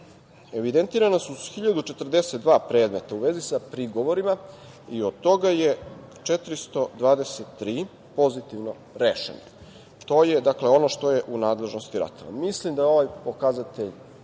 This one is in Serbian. evidentirana su 1.042 predmeta u vezi sa prigovorima i od toga je 423 pozitivno rešeno. To je, dakle, ono što je u nadležnosti RATEL-a. Mislim da je ovaj pokazatelj